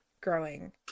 growing